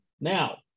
now